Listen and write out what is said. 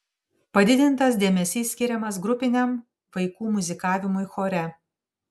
padidintas dėmesys skiriamas grupiniam vaikų muzikavimui chore